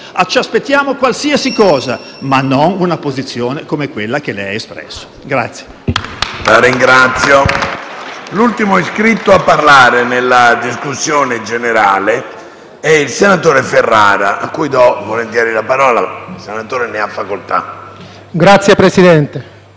di tutto, qualsiasi cosa, ma non una posizione come quella che lei ha espresso